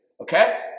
Okay